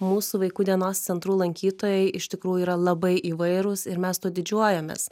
mūsų vaikų dienos centrų lankytojai iš tikrųjų yra labai įvairūs ir mes tuo didžiuojamės